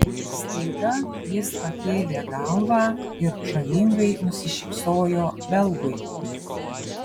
staiga jis pakėlė galvą ir žavingai nusišypsojo belgui